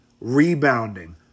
rebounding